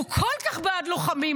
הוא כל כך בעד לוחמים,